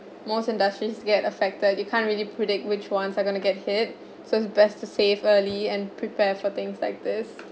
most industries get affected you can't really predict which ones are going to get hit so it's best to save early and prepare for things like this